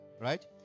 right